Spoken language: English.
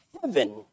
heaven